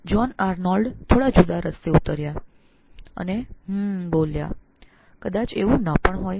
John આર્નોલ્ડે થોડો અલગ માર્ગ લીધો અને બોલ્યા કે હમ્મ કદાચ એવું ન પણ હોય